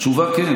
התשובה: כן.